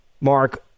Mark